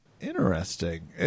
Interesting